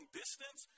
distance